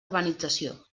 urbanització